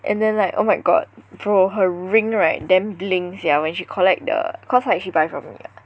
and then like oh my god bro her ring right damn bling sia when she collect the cause like she buy from me [what]